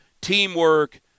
teamwork